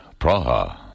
Praha